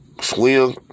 Swim